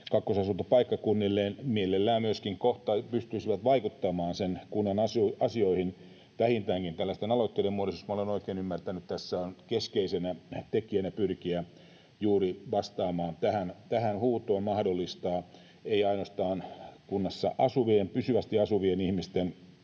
kakkosasuntopaikkakunnilleen, mielellään myöskin pystyisivät vaikuttamaan sen kunnan asioihin vähintäänkin tällaisten aloitteiden muodossa. Jos minä olen oikein ymmärtänyt, tässä on keskeisenä tekijänä pyrkiä juuri vastaamaan tähän huutoon, mahdollistaa ei ainoastaan kunnassa pysyvästi asuvien ihmisten